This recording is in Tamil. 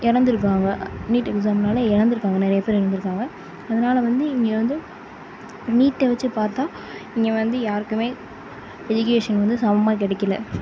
இறந்துருக்காங்க நீட் எக்ஸாம்னால் இறந்துருக்காங்க நிறைய பேர் இறந்துருக்காங்க அதனால் வந்து இங்கே வந்து நீட்டை வச்சு பார்த்தா இங்கே வந்து யாருக்குமே எஜுகேஷன் வந்து சமமாக கிடைக்கல